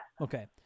Okay